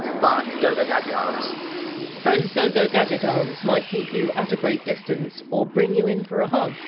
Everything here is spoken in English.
but, go go gadget arms those go go gadget arms might keep you at a great distance, or bring you in for a hug.